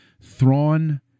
Thrawn